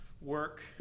work